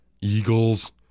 Eagles